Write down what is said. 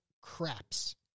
craps